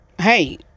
hey